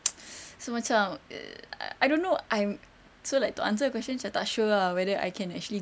so macam I don't know I'm so like to answer your question I tak sure ah whether I can actually